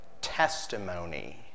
testimony